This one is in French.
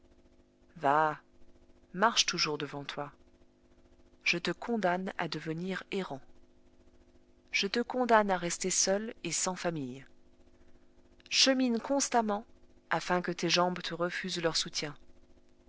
marche toujours devant toi je te condamne à devenir errant je te condamne à rester seul et sans famille chemine constamment afin que tes jambes te refusent leur soutien